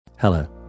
Hello